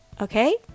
Okay